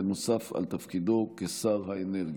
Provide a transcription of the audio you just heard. נוסף על תפקידו כשר האנרגיה.